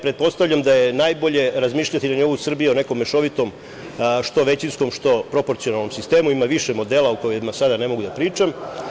Pretpostavljam da je najbolje razmišljati na nivou Srbije o nekom mešovitom, što većinskom, što proporcionalnom sistemu, ima više modela o kojima ne mogu sada da pričam.